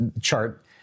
chart